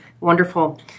Wonderful